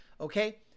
okay